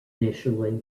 initially